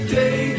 day